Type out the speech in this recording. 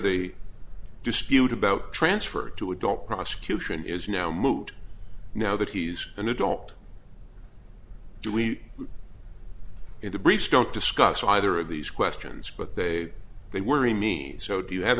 the dispute about transfer to adult prosecution is now moot now that he's an adult do we in the briefs don't discuss either of these questions but they they worry me so do you have